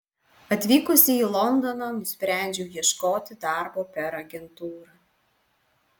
atvykusi į londoną nusprendžiau ieškoti darbo per agentūrą